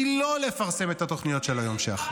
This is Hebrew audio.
היא לא לפרסם את התוכניות של היום שאחרי.